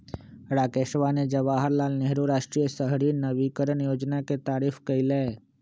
राकेशवा ने जवाहर लाल नेहरू राष्ट्रीय शहरी नवीकरण योजना के तारीफ कईलय